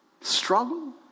Struggle